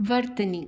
वर्तनी